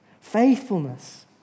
faithfulness